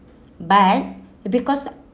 but it because